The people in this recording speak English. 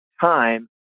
time